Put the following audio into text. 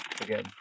again